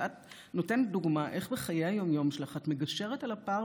ואת נותנת דוגמה איך בחיי היום-יום שלך את מגשרת על הפער